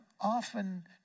often